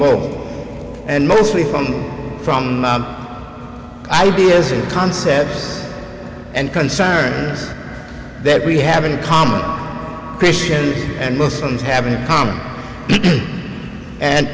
world and mostly from from ideas and concepts and concerns that we have in common christians and muslims have in common and